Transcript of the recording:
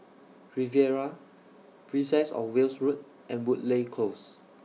Riviera Princess of Wales Road and Woodleigh Close